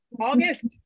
August